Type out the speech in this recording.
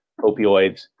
opioids